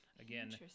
again